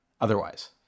otherwise